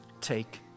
take